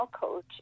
coach